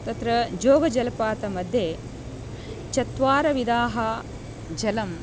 तत्र जोगजल्पातमध्ये चत्वारविधाः जलं